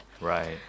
Right